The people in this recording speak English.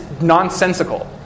nonsensical